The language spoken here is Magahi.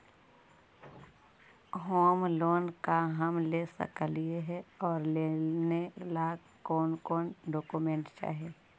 होम लोन का हम ले सकली हे, और लेने ला कोन कोन डोकोमेंट चाही?